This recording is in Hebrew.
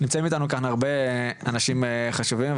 נמצאים אתנו כאן הרבה אנשים חשובים,